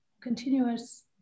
continuous